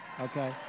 okay